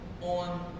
on